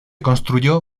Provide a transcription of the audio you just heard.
construyó